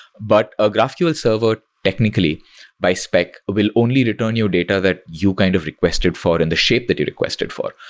but a graphql server technically by spec will only return your data that you kind of requested for in the shape that you requested for,